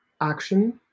action